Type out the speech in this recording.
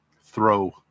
Throw